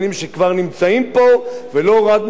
ולא רק מסתננים שיבואו מכאן ולהבא.